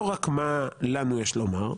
לא רק מה לנו יש לומר,